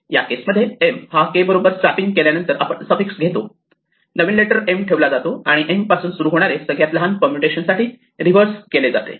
या केस मध्ये M हा K बरोबर स्वॅप्पिंग केल्या नंतर आपण सफिक्स घेतो नवीन लेटर नंतर M ठेवला जातो आणि M पासून सुरु होणारे सगळ्यात लहान परमुटेशन साठी रिव्हर्स केले जाते